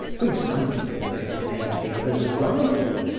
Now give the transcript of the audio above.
whom some people would have made the other's rival.